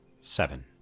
seven